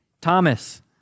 Thomas